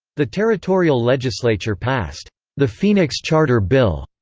the territorial legislature passed the phoenix charter bill,